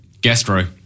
Gastro